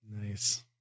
Nice